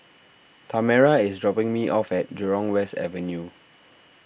Tamera is dropping me off at Jurong West Avenue